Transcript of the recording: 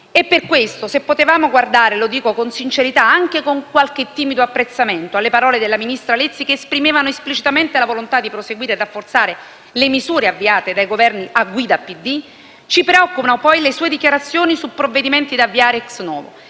Per questo, se potevamo guardare - lo dico con sincerità - anche con qualche timido apprezzamento alle parole della ministra Lezzi, che esprimevano esplicitamente la volontà di proseguire e rafforzare le misure avviate dai Governi a guida PD, ci preoccupano poi le sue dichiarazioni su provvedimenti da avviare *ex novo*,